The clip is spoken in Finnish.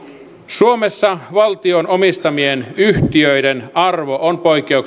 suomessa valtion omistamien yhtiöiden arvo on poikkeuksellisen suuri